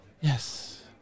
Yes